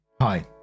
hi